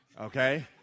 okay